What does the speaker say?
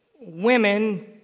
women